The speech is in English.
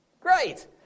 Great